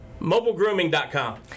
Mobilegrooming.com